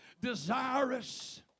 desirous